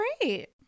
great